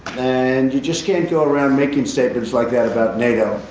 and you just can't go around making statements like that about nato.